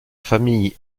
famille